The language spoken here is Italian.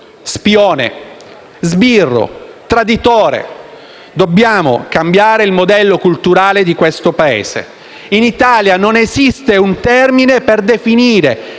spione, sbirro, traditore. Dobbiamo cambiare il modello culturale di questo Paese. In Italia non esiste un termine per definire